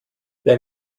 wer